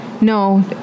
No